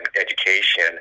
education